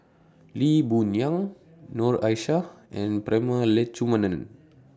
Lee Boon Yang Noor Aishah and Prema Letchumanan